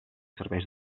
serveix